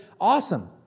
awesome